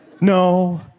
No